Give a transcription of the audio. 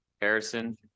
Harrison